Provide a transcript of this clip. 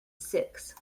six